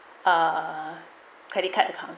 ah credit card account